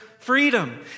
Freedom